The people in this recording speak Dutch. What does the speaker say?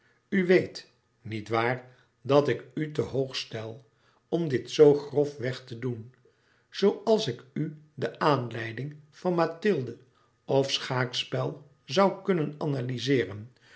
weet niet waar dat ik u te hoog stel om dit zoo grofweg te doen zooals ik u de aanleiding van mathilde of schaakspel zoû kunnen analyzeeren